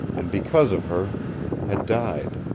and because of her had died.